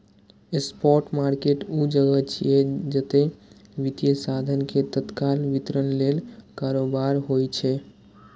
spot market ऊ जगह छियै, जतय वित्तीय साधन के तत्काल वितरण लेल कारोबार होइ छै